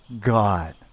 God